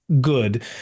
Good